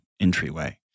entryway